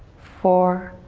four.